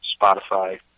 Spotify